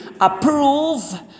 approve